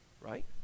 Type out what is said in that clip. right